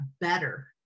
better